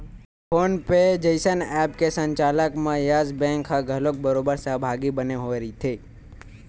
phone पे जइसन app के संचालन म यस बेंक ह घलोक बरोबर सहभागी बने होय रहिथे